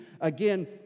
again